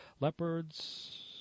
leopards